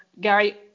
Gary